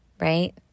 right